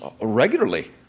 regularly